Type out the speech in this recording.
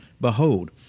Behold